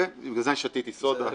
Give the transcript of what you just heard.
בגלל זה שתיתי סודה,